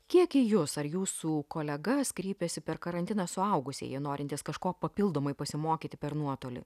kiek į jus ar jūsų kolegas kreipėsi per karantiną suaugusieji norintys kažko papildomai pasimokyti per nuotolį